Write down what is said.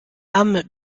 âmes